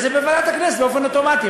אז זה בוועדת הכנסת באופן אוטומטי,